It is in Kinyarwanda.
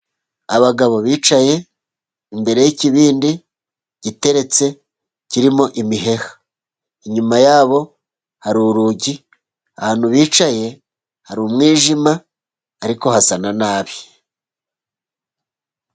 Abagabo bicaye imbere y’ikibindi giteretse kirimo imiheha. Inyuma yabo hari urugi; ahantu bicaye hari umwijima, ariko hasa nabi.